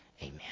Amen